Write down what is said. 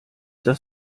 das